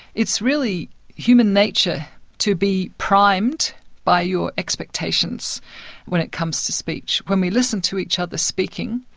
it's really human nature to be primed by your expectations when it comes to speech. when we listen to each other speaking,